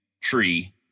tree